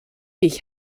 ich